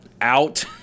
out